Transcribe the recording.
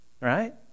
right